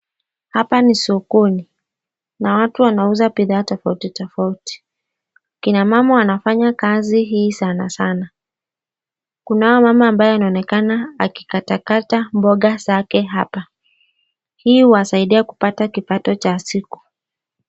Hapa ni sokoni na watu wanauza bidhaa tofauti tofauti. Kina mama wanafanya kazi hii sana sana. Kunao mama ambaye anaonekana akikatakata mboga zake hapa. Hii huwasaidia kupata kipato cha siku.